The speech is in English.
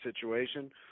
situation